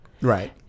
right